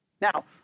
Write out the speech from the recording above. Now